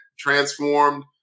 transformed